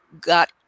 got